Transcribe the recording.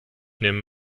nehmen